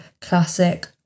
classic